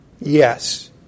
Yes